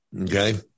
Okay